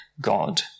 God